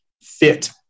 fit